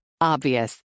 Obvious